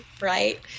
right